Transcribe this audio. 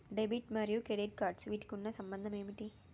Debit మరియు credit cards వీటికి ఉన్న సంబంధం ఏంటి?